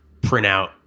printout